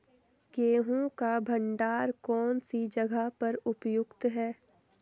गेहूँ का भंडारण कौन सी जगह पर उपयुक्त है?